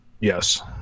Yes